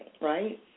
right